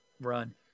run